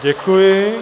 Děkuji.